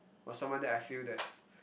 or someone that I feel that's